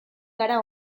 gara